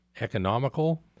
economical